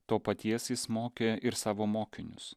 to paties jis mokė ir savo mokinius